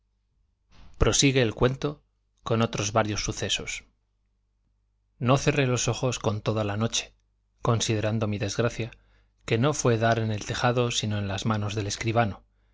prosigue el cuento con otros varios sucesos no cerré los ojos con toda la noche considerando mi desgracia que no fue dar en el tejado sino en las manos del escribano